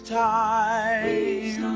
time